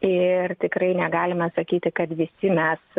ir tikrai negalime sakyti kad visi mes